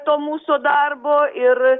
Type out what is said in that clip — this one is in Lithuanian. to mūsų darbo ir